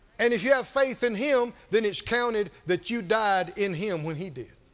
and if you have faith in him, then it's counted that you died in him when he did.